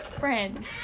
Friend